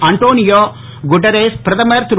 Antonio Guterres பிரதமர் திரு